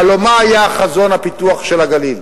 הלוא מה היה חזון הפיתוח של הגליל?